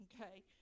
okay